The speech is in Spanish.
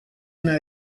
una